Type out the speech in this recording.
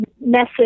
message